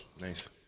Nice